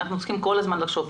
אנחנו צריכים כל הזמן לחשוב,